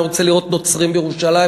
אני רוצה לראות נוצרים בירושלים.